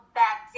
back